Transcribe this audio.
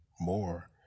more